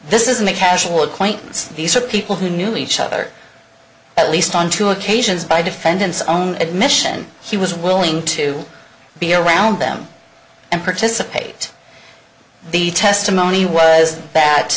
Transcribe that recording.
this isn't a casual acquaintance these are people who knew each other at least on two occasions by defendant's own admission he was willing to be around them and participate in the testimony was